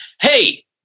hey